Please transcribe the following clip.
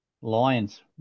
Lions